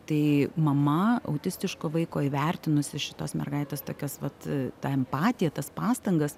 tai mama autistiško vaiko įvertinusi šitos mergaitės tokias vat ta empatija tas pastangas